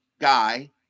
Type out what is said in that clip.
guy